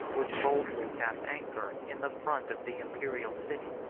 which boldly cast anchor in the front of the imperial city.